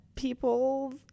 People